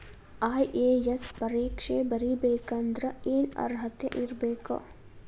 IAS ಪರೇಕ್ಷೆ ಬರಿಬೆಕಂದ್ರ ಏನ್ ಅರ್ಹತೆ ಇರ್ಬೇಕ?